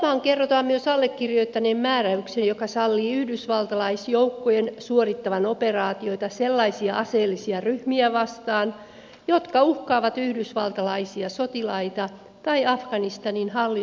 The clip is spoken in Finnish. obaman kerrotaan myös allekirjoittaneen määräyksen joka sallii yhdysvaltalaisjoukkojen suorittavan operaatioita sellaisia aseellisia ryhmiä vastaan jotka uhkaavat yhdysvaltalaisia sotilaita tai afganistanin hallinnon joukkoja